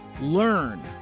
Learn